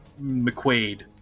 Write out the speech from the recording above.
McQuaid